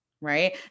Right